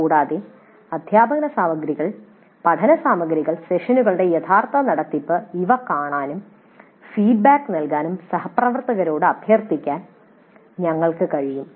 കൂടാതെ അദ്ധ്യാപനസാമഗ്രികൾ പഠനസാമഗ്രികൾ സെഷനുകളുടെ യഥാർത്ഥ നടത്തിപ്പ് എന്നിവ കാണാനും ഫീഡ്ബാക്ക് നൽകാനും സഹപ്രവർത്തകരോട് അഭ്യർത്ഥിക്കാൻ ഞങ്ങൾക്ക് കഴിയും